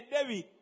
David